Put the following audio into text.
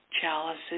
chalices